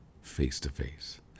face-to-face